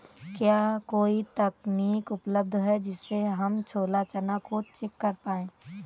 क्या कोई तकनीक उपलब्ध है जिससे हम छोला चना को चेक कर पाए?